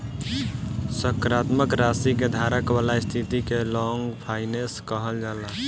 सकारात्मक राशि के धारक वाला स्थिति के लॉन्ग फाइनेंस कहल जाला